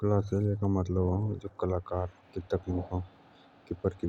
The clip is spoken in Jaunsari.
कलाकार शैली का मतलब अ कलाकार के